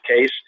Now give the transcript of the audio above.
case